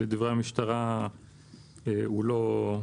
ולדברי המשטרה הוא לא הוקצה.